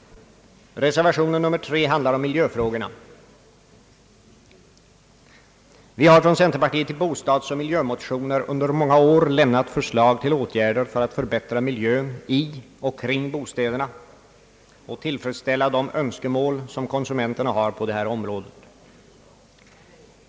Reservationen 3 handlar om miljöfrågorna. Vi har från centerpartiet i bostadsoch miljömotioner under många år lämnat förslag till åtgärder för att förbättra miljön i och kring bostäderna och tillfredsställa de önskemål som konsumenterna har på det här området.